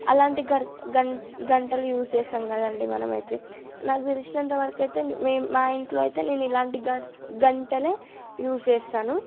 అలాంటి గర్ గం గంటలు యూస్ చేస్తాం కదండీ మనమైతే నాకు తెలిసినంతవరకైతే మేము మా ఇంట్లో అయితే నేను ఇలాంటి గ గంటలే యూస్ చేస్తాను